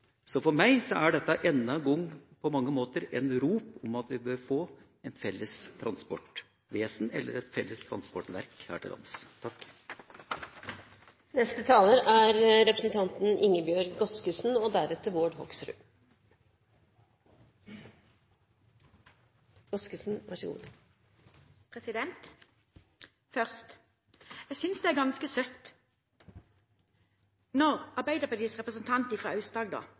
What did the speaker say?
For meg er dette enda en gang på mange måter et rop om at vi bør få et felles transportvesen, eller et felles transportverk, her til lands. Først: Jeg synes det er